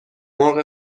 مرغ